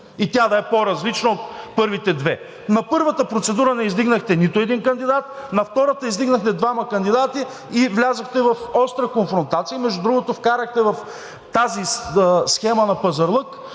и тя да е по-различна от първите две? На първата процедура не издигнахте нито един кандидат. На втората издигнахте двама кандидати и влязохте в остра конфронтация. Между другото, вкарахте в тази схема на пазарлък